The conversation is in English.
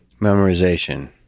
Memorization